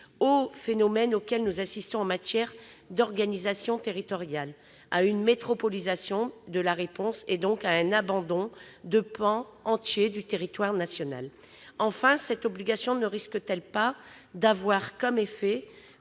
au phénomène auquel nous assistons en matière d'organisation territoriale, à savoir une métropolisation de la réponse et, donc, un abandon de pans entiers du territoire national. Enfin, cette obligation ne risque-t-elle pas d'avoir comme effet,